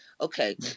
Okay